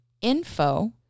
info